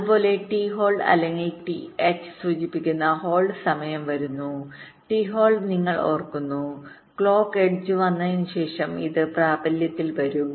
അതുപോലെ T hold അല്ലെങ്കിൽ T എച്ച്t hold or t hസൂചിപ്പിക്കുന്ന ഹോൾഡ് സമയം വരുന്നു ടി ഹോൾഡ് നിങ്ങൾ ഓർക്കുന്നു ക്ലോക്ക് എഡ്ജ് വന്നതിന് ശേഷം ഇത് പ്രാബല്യത്തിൽ വരും